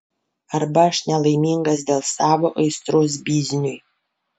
arba aš nelaimingas dėl savo aistros bizniui